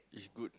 is good